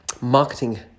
marketing